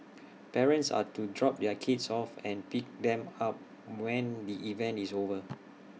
parents are to drop their kids off and pick them up when the event is over